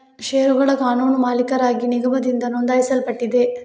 ಷೇರುಗಳ ಕಾನೂನು ಮಾಲೀಕರಾಗಿ ನಿಗಮದಿಂದ ನೋಂದಾಯಿಸಲ್ಪಟ್ಟಿದೆ